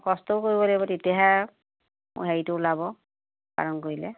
কষ্টও কৰিব লাগিব তেতিয়াহে মূল হেৰিটো ওলাব পালন কৰিলে